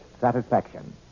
satisfaction